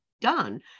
done